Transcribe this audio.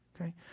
okay